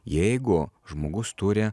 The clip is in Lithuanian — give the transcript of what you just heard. jeigu žmogus turi